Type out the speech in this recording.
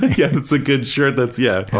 yeah, that's a good, sure that's, yeah,